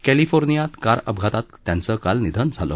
कॅलिफोर्नियात car अपघातात त्यांचं काल निधन झालं